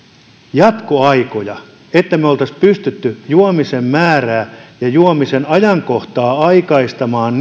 jatkoaikoja siirrytään siihen että me pystymme juomisen määrää ja juomisen ajankohtaa aikaistamaan